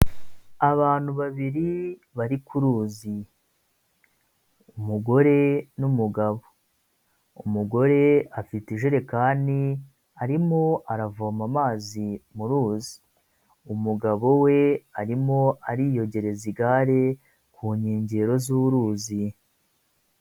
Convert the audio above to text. Abantu babiri bari ku ruzi. Umugore n'umugabo. Umugore afite ijerekani, arimo aravoma amazi mu ruzi. Umugabo we arimo ariyogereza igare, ku nkengero z'uruzi.